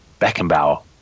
Beckenbauer